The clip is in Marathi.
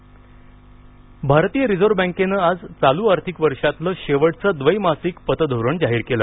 रिझर्व्ह बँक पतधोरण भारतीय रिझर्व्ह बँकेन आज चालू आर्थिक वर्षातील शेवटचं द्वैमासिक पतधोरण जाहीर केलं